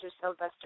Sylvester